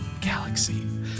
Galaxy